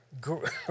Great